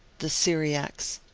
the syriacs.